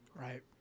Right